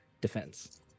defense